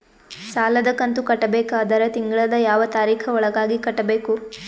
ಸಾಲದ ಕಂತು ಕಟ್ಟಬೇಕಾದರ ತಿಂಗಳದ ಯಾವ ತಾರೀಖ ಒಳಗಾಗಿ ಕಟ್ಟಬೇಕು?